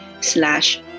slash